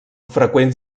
freqüents